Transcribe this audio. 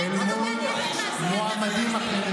בושה, האיש הזה מביך.